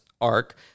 Arc